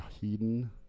Heaton